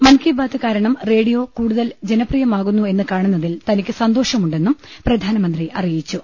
മൻകി ബാത് കാരണം റേഡിയോ കൂടുതൽ ജനപ്രിയമാകുന്നു എന്നു കാണുന്നതിൽ തനിക്കു സന്തോഷമുണ്ടെന്നും പ്രധാനമന്ത്രി അറി യിച്ചു